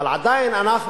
אבל עדיין אנחנו